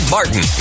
Martin